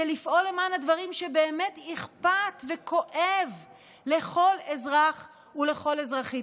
זה לפעול למען הדברים שבאמת אכפת וכואב לכל אזרח ולכל אזרחית,